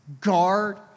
guard